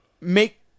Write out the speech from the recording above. make